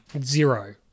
Zero